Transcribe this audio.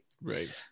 Right